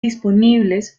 disponibles